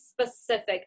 specific